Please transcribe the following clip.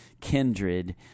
kindred